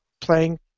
playing